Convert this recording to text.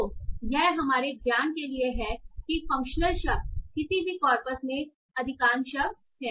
तो यह हमारे ज्ञान के लिए है कि फंक्शनल शब्द किसी भी कॉर्पस में अधिकांश शब्द हैं